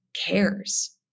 cares